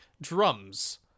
drums